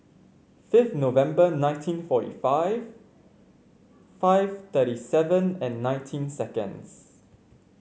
fifth November nineteen forty five five thirty seven and nineteen seconds